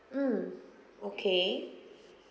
mm okay